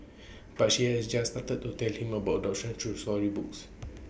but she has just started to tell him about adoptions through storybooks